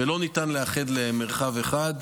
שלא ניתן לאחד למרחב אחד.